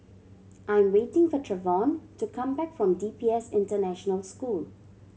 I am waiting for Trevon to come back from D P S International School